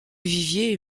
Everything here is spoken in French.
vivier